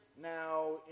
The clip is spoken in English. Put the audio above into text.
now